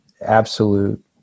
absolute